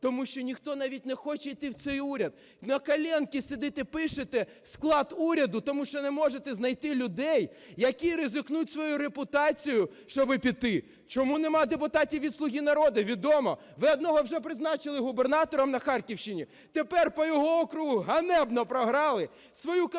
тому що навіть ніхто не хоче йти в цей уряд, на колінках сидите пишете склад уряду, тому що не можете знайти людей, які ризикнуть своєю репутацією, щоб піти. Чому немає депутатів від "Слуги народу"? Відомо. Ви одного вже призначили губернатором на Харківщині, тепер по його округу ганебно програли,